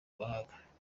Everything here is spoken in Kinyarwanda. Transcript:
muhanda